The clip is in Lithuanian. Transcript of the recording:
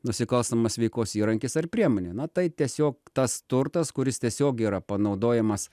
nusikalstamos veikos įrankis ar priemonė na tai tiesiog tas turtas kuris tiesiog yra panaudojamas